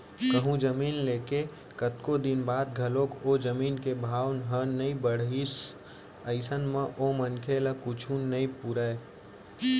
कहूँ जमीन ले के कतको दिन बाद घलोक ओ जमीन के भाव ह नइ बड़हिस अइसन म ओ मनखे ल कुछु नइ पुरय